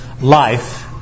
life